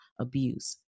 abuse